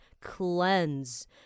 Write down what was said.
cleanse